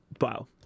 Wow